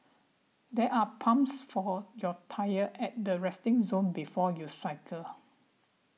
there are pumps for your tyre at the resting zone before you cycle